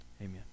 Amen